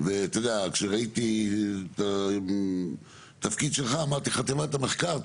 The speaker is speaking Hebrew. כשראיתי את התפקיד שלך, אמרתי חטיבת המחקר?